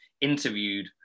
interviewed